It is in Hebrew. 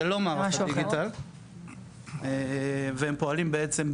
זה לא מערך הדיגיטל והם פועלים בעצם,